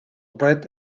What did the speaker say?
bred